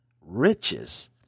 riches